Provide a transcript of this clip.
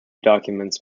documents